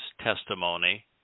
testimony